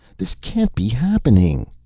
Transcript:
this can't be happening!